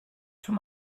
too